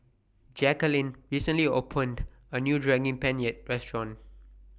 Jacquelin recently opened A New Daging Penyet Restaurant